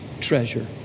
treasure